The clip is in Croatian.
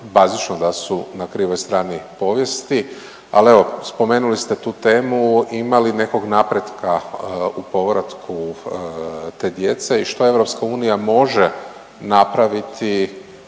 bazično da su na krivoj strani povijesti, al evo spomenuli ste tu temu, ima li nekog napretka u povratku te djece i što EU može napraviti